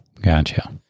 Gotcha